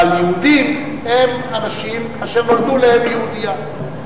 אבל יהודים הם אנשים אשר נולדו לאם יהודייה.